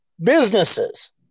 businesses